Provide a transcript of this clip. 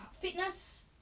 fitness